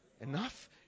Enough